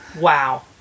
Wow